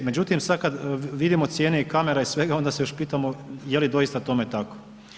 Međutim, sad kad vidimo cijene i kamera i svega onda se još pitamo je li doista tome tako.